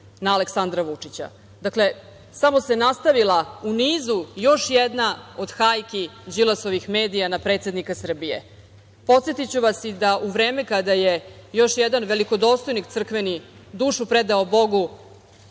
na Aleksandra Vučića. Dakle, samo se nastavila u nizu još jedna od hajki Đilasovih medija na predsednika Srbije. Podsetiću vas da u vreme kada je još jedan velikodostojnik crkveni dušu predao Bogu,